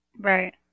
Right